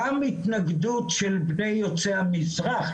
גם התנגדות של בני יוצאי המזרח,